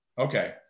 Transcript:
Okay